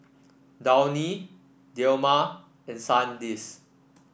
Downy Dilmah and Sandisk